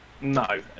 No